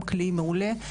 גם כלי מעולה.